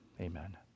amen